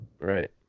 Right